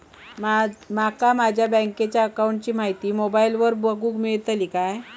माका माझ्या बँकेच्या अकाऊंटची माहिती मोबाईलार बगुक मेळतली काय?